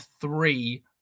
three